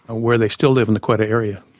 ah where they still live in the quetta area.